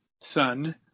son